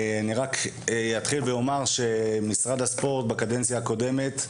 אני אתחיל ואומר שבקדנציה הקודמת,